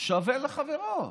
שווה לחברו,